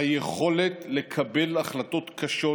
היכולת לקבל החלטות קשות